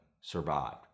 survived